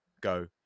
go